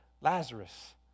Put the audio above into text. Lazarus